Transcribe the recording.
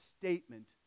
statement